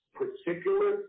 particular